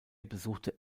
besuchte